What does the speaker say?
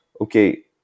okay